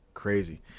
crazy